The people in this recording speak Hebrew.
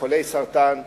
חולי סרטן,